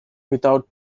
without